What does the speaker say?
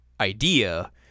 idea